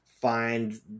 find